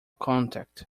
contact